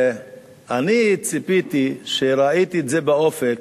אני ציפיתי, כשראיתי את זה באופק,